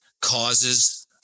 causes